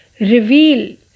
reveal